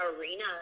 arena